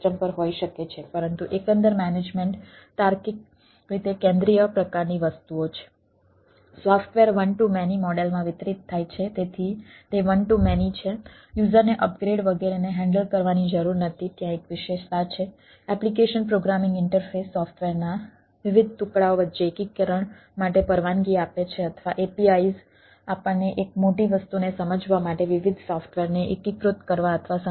software one to many પત્ર અભિયાન software જેવા